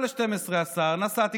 ב-11:45, השר, נסעתי.